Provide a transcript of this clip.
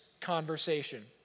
conversation